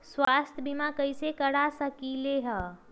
स्वाथ्य बीमा कैसे करा सकीले है?